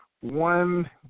one